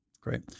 Great